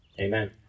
Amen